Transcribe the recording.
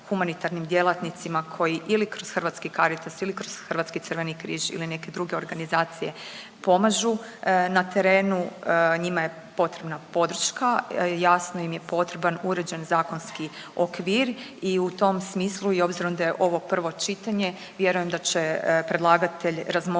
humanitarnim djelatnicima koji ili kroz Hrvatski Caritas ili kroz Hrvatski Crveni križ ili neke druge organizacije pomažu na terenu. Njima je potrebna podrška. Jasno im je potreban uređen zakonski okvir i u tom smislu i obzirom da je ovo prvo čitanje vjerujem da će predlagatelj razmotriti